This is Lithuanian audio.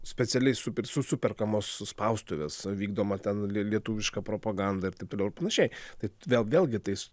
specialiai super superkamos spaustuvės vykdoma ten lie lietuviška propaganda ir taip toliau ir panašiai tai vėl vėlgi tais